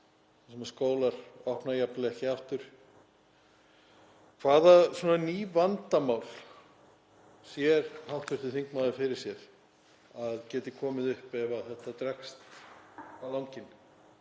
þar sem skólar opna jafnvel ekki aftur: Hvaða ný vandamál sér hv. þingmaður fyrir sér að geti komið upp ef þetta dregst á langinn